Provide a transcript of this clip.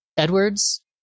Edwards